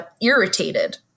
irritated